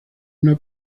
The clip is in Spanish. una